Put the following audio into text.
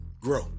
grow